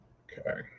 okay